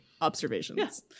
observations